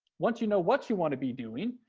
once you know what you want to be doing,